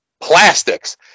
plastics